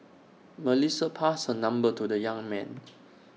Melissa passed her number to the young man